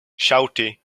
shawty